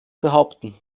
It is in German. behaupten